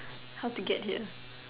how to get dinner